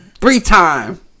three-time